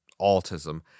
autism